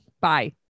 Bye